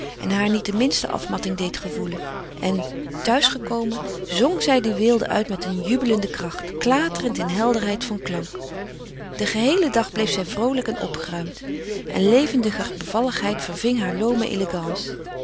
en haar niet de minste afmatting deed gevoelen en thuis gekomen zong zij die weelde uit met een jubelende kracht klaterend in helderheid van klank den geheelen dag bleef zij vroolijk en opgeruimd en levendiger bevalligheid verving haar loome elegance